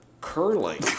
Curling